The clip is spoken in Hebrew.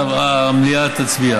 לא, לא, שנייה.